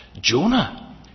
Jonah